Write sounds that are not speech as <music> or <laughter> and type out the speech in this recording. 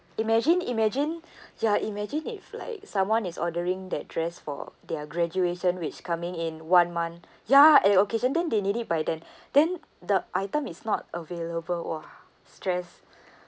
imagine imagine ya imagine if like someone is ordering that dress for their graduation which coming in one month ya an occasion then they need it by then then the item is not available !wah! stress <breath>